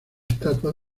estatua